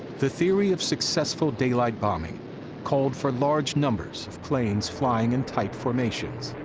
the theory of successful daylight bombing called for large numbers of planes flying in tight formations.